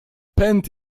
pęd